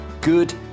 good